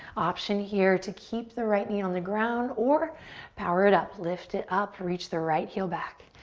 option here to keep the right knee on the ground or power it up, lift it up, reach the right heel back.